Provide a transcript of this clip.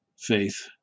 faith